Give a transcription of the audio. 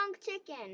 chicken